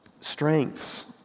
strengths